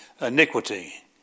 Iniquity